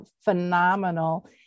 phenomenal